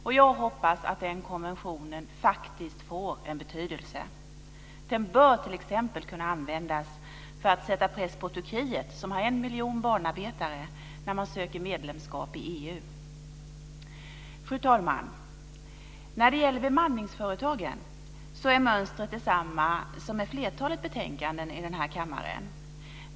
Jag hoppas att den konventionen får en betydelse. Den bör t.ex. kunna användas för att sätta press på Turkiet, som har en miljon barnarbetare, när landet söker medlemskap i EU. Fru talman! När det gäller bemanningsföretagen så är mönstret detsamma som vid flertalet betänkanden i den här kammaren.